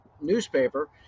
newspaper